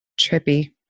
Trippy